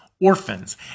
orphans